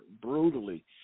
brutally